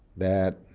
that